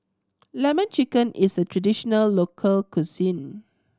Lemon Chicken is a traditional local cuisine